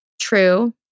true